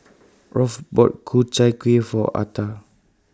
Rolf bought Ku Chai Kueh For Ata